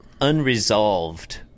unresolved